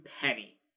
penny